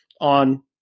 on